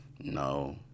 no